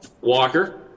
walker